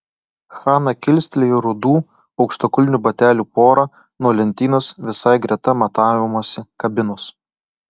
hana kilstelėjo rudų aukštakulnių batelių porą nuo lentynos visai greta matavimosi kabinos